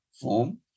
form